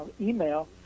email